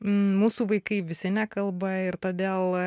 mūsų vaikai visi nekalba ir todėl